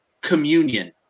communion